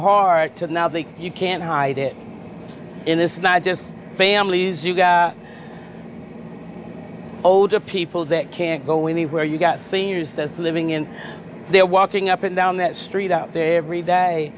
hard to now that you can't hide it in this not just families you've got older people that can't go anywhere you've got seniors that's living in there walking up and down that street out there every day i